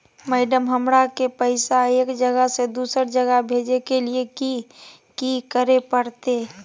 Madam, हमरा के पैसा एक जगह से दुसर जगह भेजे के लिए की की करे परते?